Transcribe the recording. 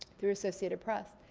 through associated press.